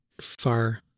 far